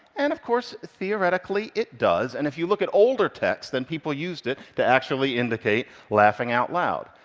and of course, theoretically, it does, and if you look at older texts, then people used it to actually indicate laughing out loud.